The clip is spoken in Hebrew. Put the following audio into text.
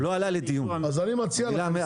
אני מציע לכם,